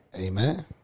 Amen